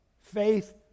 Faith